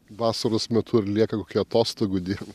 vasaros metu ar lieka kokia atostogų diena